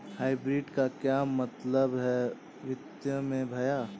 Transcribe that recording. Hybrid का क्या मतलब है वित्तीय में भैया?